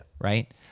Right